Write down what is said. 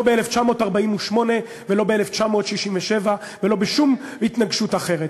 לא ב-1948, לא ב-1967 ולא בשום התנגשות אחרת.